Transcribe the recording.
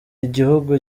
igihugu